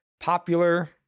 popular